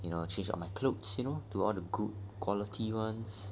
you know change all my clothes you know to all the good quality ones